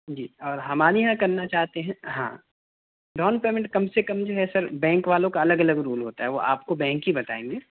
جی اور ہمارے یہاں کرنا چاہتے ہیں ہاں ڈاؤن پیمنٹ کم سے کم جو ہے بینک والوں کا الگ الگ رول ہوتا ہے وہ آپ کو بینک ہی بتائیں گے